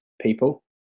people